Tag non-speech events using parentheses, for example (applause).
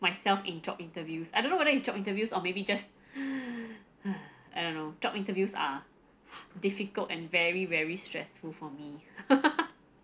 myself in job interviews I don't know whether it's job interviews or maybe just (breath) I don't know job interviews are (breath) difficult and very very stressful for me (laughs)